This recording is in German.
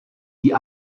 die